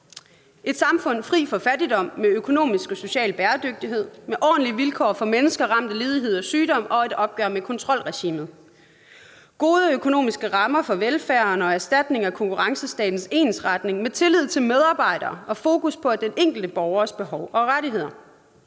Et samfund fri for fattigdom, med øget økonomisk og social bæredygtighed – med ordentlige vilkår for mennesker ramt af ledighed og sygdom og et opgør med kontrolregimet. - Gode økonomiske rammer for velfærden og erstatning af konkurrencestatens ensretning – med tillid til medarbejdere og fokus på den enkelte borgers behov og rettigheder.